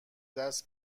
دست